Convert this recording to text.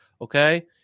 okay